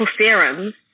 serums